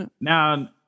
now